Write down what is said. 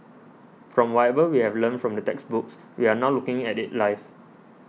from whatever we've learnt from the textbooks we're now looking at it live